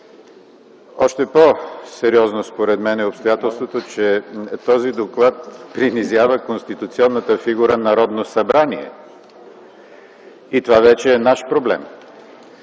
Още по-сериозно според мен е обстоятелството, че този доклад принизява конституционната фигура – Народно събрание, и това вече е наш проблем.